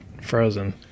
frozen